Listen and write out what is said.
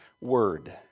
word